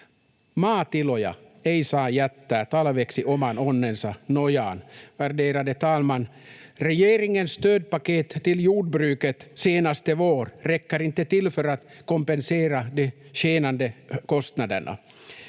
Maatiloja ei saa jättää talveksi oman onnensa nojaan. Värderade talman! Regeringens stödpaket till jordbruket senaste vår räcker inte till för att kompensera de skenande kostnaderna.